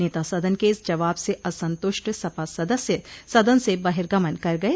नेता सदन के इस जवाब से असंतुष्ट सपा सदस्य सदन से बहिर्गमन कर गये